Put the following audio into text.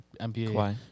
NBA